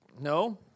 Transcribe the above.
No